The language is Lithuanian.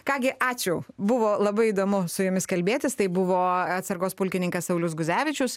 ką gi ačiū buvo labai įdomu su jumis kalbėtis tai buvo atsargos pulkininkas saulius guzevičius